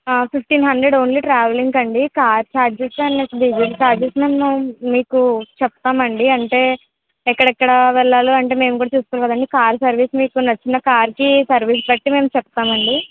fifteen hundred only ట్రావెలింగ్కు అండి car charges and next diesel charges మేము మీకు చెప్తాం అండి అంటే ఎక్కెడెక్కడ వెళ్ళాలో మేము కూడా చూసుకోవాలి కదండి కార్ సర్వీస్ మీకు నచ్చిన కార్కి సర్వీస్ బట్టి మేము చెప్తాం అండి